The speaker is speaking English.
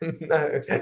No